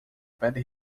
para